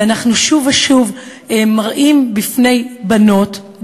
ואנחנו שוב ושוב מראים בפני בנות,